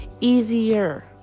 easier